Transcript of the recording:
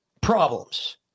problems